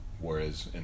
whereas